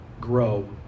grow